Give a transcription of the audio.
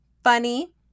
funny